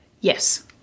Yes